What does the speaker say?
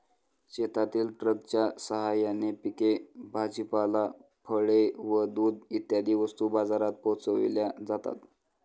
शेतातील ट्रकच्या साहाय्याने पिके, भाजीपाला, फळे व दूध इत्यादी वस्तू बाजारात पोहोचविल्या जातात